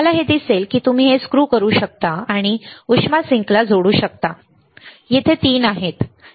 तुम्हाला हे दिसले की तुम्ही हे स्क्रू करू शकता आणि उष्मा सिंकला जोडू शकता येथे 3 आहेत बरोबर